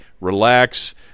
relax